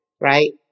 right